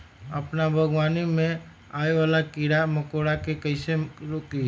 अपना बागवानी में आबे वाला किरा मकोरा के कईसे रोकी?